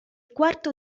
quarto